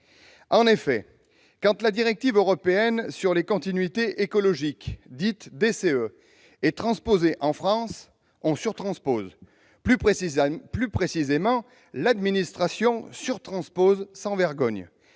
En effet, quand la directive européenne sur les continuités écologiques, dite DCE, est transposée en France, on surtranspose ! Plus précisément, l'administration surtranspose sans vergogne